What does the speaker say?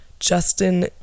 Justin